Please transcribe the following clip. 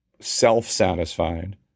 self-satisfied